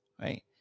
right